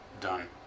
Done